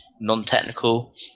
non-technical